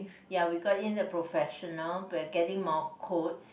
ya we got in a professional we are getting more quotes